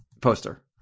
poster